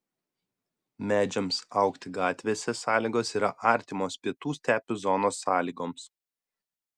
medžiams augti gatvėse sąlygos yra artimos pietų stepių zonos sąlygoms